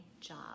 job